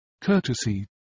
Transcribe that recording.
courtesy